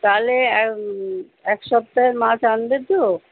তাহলে এক সপ্তাহের মাছ আনবে তো